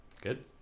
Good